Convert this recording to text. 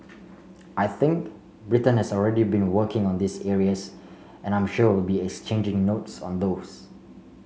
I think Britain has already been working on these areas and I'm sure we'll be exchanging notes on those